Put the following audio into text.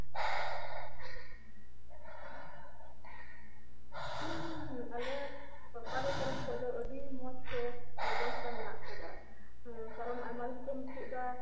ᱦᱩᱸ ᱦᱩᱸ ᱦᱩᱸ ᱟᱞᱮ ᱥᱚᱨᱠᱟᱨᱤ ᱛᱚᱨᱚᱯᱷ ᱠᱷᱚᱡ ᱫᱚ ᱟᱹᱰᱤ ᱢᱚᱸᱡ ᱛᱮ ᱵᱮᱵᱚᱥᱛᱷᱟ ᱢᱮᱱᱟᱜ ᱟᱠᱟᱫᱟ ᱠᱟᱨᱚᱱ ᱟᱭᱢᱟ ᱫᱤᱱ ᱠᱷᱚᱡ ᱮᱢ ᱠᱷᱩᱜ ᱮᱫᱟ